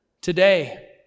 today